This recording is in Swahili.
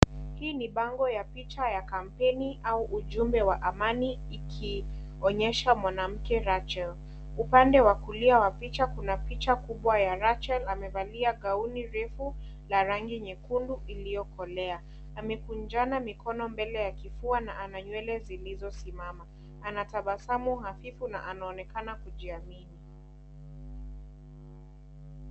Hii ni bango ya picha ya kampeni au ujume wa amani iki onyesha mwanamke Rachel. Upande wa kulia wa picha, kuna picha kubwa ya Rachel. Amevalia gauni refu, la rangi nyekundu, iliyokolea. Amekunjana mikono mbele ya kifua na ana nywele zinizosimama. Anatabasamu hafiifu na anaonekana kujiami.